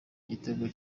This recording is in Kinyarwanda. igitego